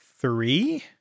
Three